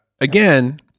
again